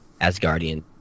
Asgardian